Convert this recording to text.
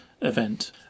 event